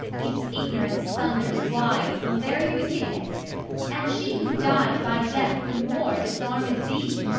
its ignorance sunders wide from very wickedness and she who died by death the more disarmed thee,